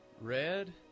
red